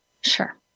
Sure